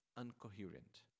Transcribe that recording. incoherent